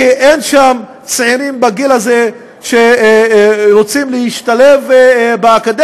כי אין שם צעירים בגיל הזה שרוצים להשתלב באקדמיה,